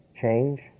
change